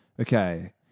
Okay